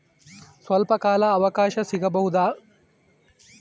ಸ್ವಲ್ಪ ಕಾಲ ಅವಕಾಶ ಸಿಗಬಹುದಾ?